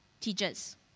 teachers